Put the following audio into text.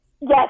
Yes